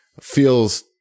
feels